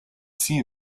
see